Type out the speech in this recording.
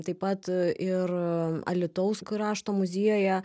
taip pat ir alytaus krašto muziejuje